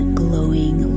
glowing